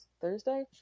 Thursday